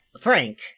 Frank